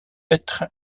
petr